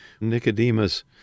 Nicodemus